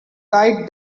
kite